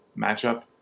matchup